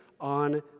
on